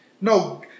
No